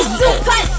super